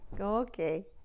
Okay